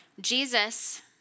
Jesus